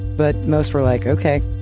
but most were like, okay,